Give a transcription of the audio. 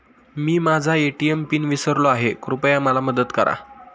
मी माझा ATM pin विसरलो आहे, कृपया मला मदत करा